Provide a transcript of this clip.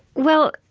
well,